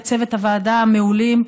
ולצוות הוועדה המעולה,